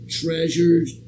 treasured